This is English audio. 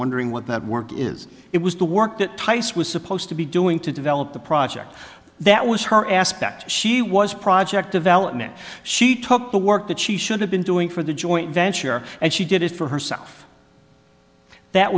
wondering what that work is it was the work that tice was supposed to be doing to develop the project that was her aspect she was project development she took the work that she should have been doing for the joint venture and she did it for herself that